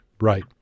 Right